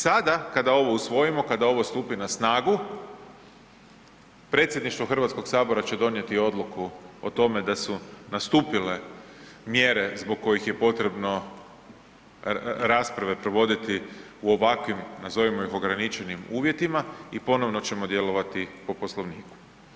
Sada kada ovo usvojimo, kada ovo stupi na snagu, predsjedništvo HS-a će donijeti odluku o tome da su nastupile mjere svog kojih je potrebno rasprave provoditi u ovakvim, nazovimo ih ograničenim uvjetima i ponovno ćemo djelovati po Poslovniku.